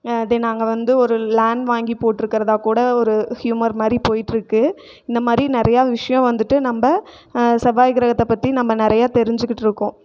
இதே நாங்கள் வந்து ஒரு லேண்ட் வாங்கி போட்டுருக்கறதா கூட ஒரு ஹ்யுமர் மாதிரி போய்ட்டுருக்கு இந்தமாதிரி நிறையா விஷயம் வந்துவிட்டு நம்ம செவ்வாய் கிரகத்தை பற்றி நம்ம நிறையா தெரிஞ்சிகிட்டுருக்கோம்